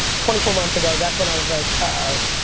twenty four months ago, that's when i was like uh-oh,